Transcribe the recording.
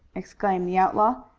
exclaimed the outlaw.